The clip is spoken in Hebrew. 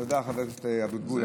תודה, חבר הכנסת אבוטבול.